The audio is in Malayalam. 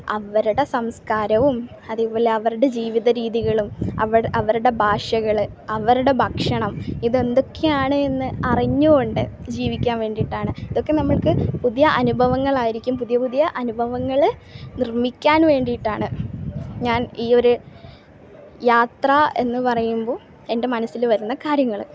അവരുടെ സംസ്കാരവും അതുപോലെ അവരടെ ജീവിതരീതികളും അവരുടെ അവരുടെ ഭാഷകൾ അവരുടെ ഭക്ഷണം ഇതെന്തൊക്കെയാണ് എന്ന് അറിഞ്ഞ് കൊണ്ട് ജീവിക്കാൻ വേണ്ടീട്ടാണ് ഇതൊക്കെ നമുക്ക് പുതിയ അനുഭവങ്ങളായിരിക്കും പുതിയ പുതിയ അനുഭവങ്ങൾ നിർമ്മിക്കാൻ വേണ്ടിട്ടാണ് ഞാൻ ഈ ഒരു യാത്ര എന്ന് പറയുമ്പോൾ എൻ്റെ മനസ്സിൽ വരുന്ന കാര്യങ്ങൾ